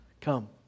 Come